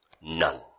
None